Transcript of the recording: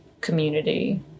community